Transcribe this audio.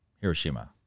Hiroshima